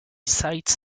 cites